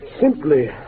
Simply